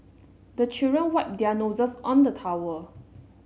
the children wipe their noses on the towel